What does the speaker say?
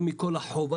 בקטנה.